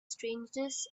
strangeness